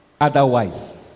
Otherwise